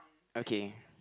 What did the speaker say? okay